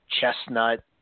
chestnut